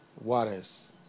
Waters